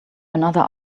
another